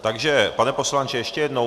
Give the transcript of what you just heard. Takže pane poslanče, ještě jednou.